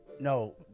No